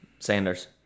Sanders